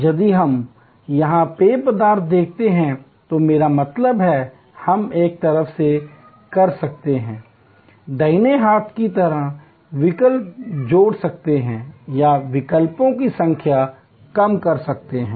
यदि हम यहां पेय पदार्थ देखते हैं तो मेरा मतलब है हम एक तरफ कर सकते हैं दाहिने हाथ की तरफ विकल्प जोड़ सकते हैं या विकल्पों की संख्या कम कर सकते हैं